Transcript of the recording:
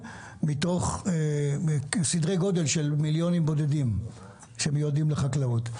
מתוך סדרי גודל של מיליונים בודדים שמיועדים לחקלאות.